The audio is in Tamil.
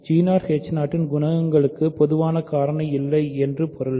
இன் குணகங்களுக்கு பொதுவான காரணி இல்லை என்று பொருள்